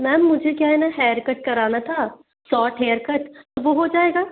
ma'am मुझे क्या है न हेयर कट कराना था सॉर्ट हेयर कट तो वो हो जाएगा